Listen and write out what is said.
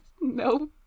no